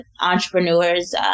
entrepreneurs